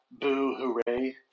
boo-hooray